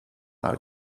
our